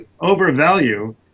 overvalue